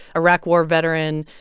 iraq war veteran,